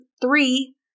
three